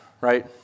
right